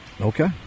Okay